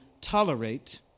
tolerate